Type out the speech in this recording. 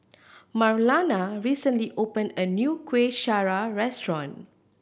Marlana recently opened a new Kueh Syara restaurant